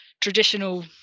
traditional